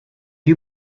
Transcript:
you